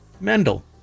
mendel